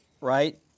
right